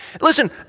Listen